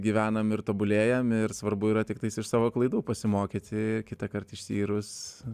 gyvenam ir tobulėjam ir svarbu yra tiktais iš savo klaidų pasimokyti kitąkart išsiyrus